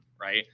Right